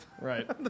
Right